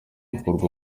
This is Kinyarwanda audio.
gukorerwa